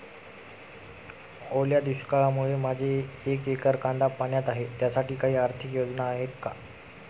ओल्या दुष्काळामुळे माझे एक एकर कांदा पाण्यात आहे त्यासाठी काही आर्थिक योजना आहेत का?